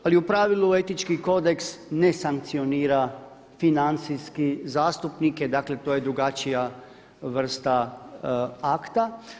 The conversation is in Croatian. Ali u pravilu etički kodeks ne sankcionira financijski zastupnike, dakle to je drugačija vrsta akta.